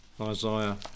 Isaiah